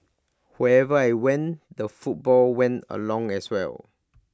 who every I went the football went along as well